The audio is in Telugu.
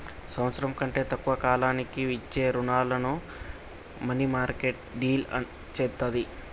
సంవత్సరం కంటే తక్కువ కాలానికి ఇచ్చే రుణాలను మనీమార్కెట్ డీల్ చేత్తది